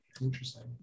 Interesting